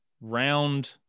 round